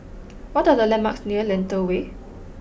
what are the landmarks near Lentor Way